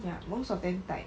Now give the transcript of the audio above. ya most of them 带